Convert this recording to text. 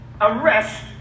arrest